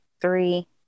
three